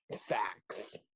Facts